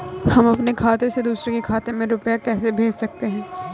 हम अपने खाते से दूसरे के खाते में रुपये कैसे भेज सकते हैं?